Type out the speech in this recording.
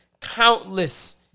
countless